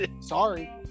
Sorry